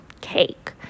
cake